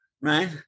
right